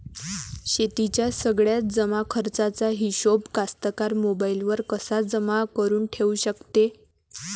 शेतीच्या सगळ्या जमाखर्चाचा हिशोब कास्तकार मोबाईलवर कसा जमा करुन ठेऊ शकते?